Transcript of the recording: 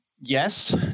Yes